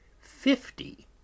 fifty